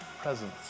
presence